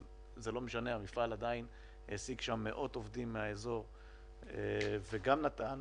המפעל עדיין העסיק מאות עובדים מהאזור וגם נתן